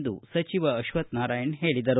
ಎಂದು ಸಚಿವ ಅಶ್ವತ್ಥನಾರಾಯಣ ಹೇಳಿದರು